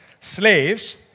slaves